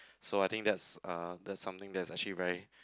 so I think that's uh that's something that's actually very